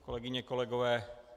Kolegyně a kolegové.